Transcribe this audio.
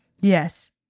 Yes